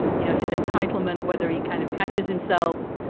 you know, his entitlement, whether he kind of catches himself,